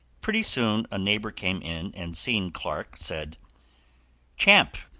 pretty soon a neighbor came in and seeing clark, said champ,